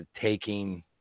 taking